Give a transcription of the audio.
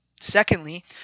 Secondly